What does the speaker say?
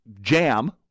jam